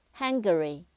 hungary